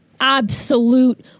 absolute